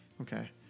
Okay